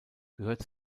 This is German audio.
gehört